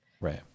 right